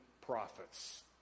prophets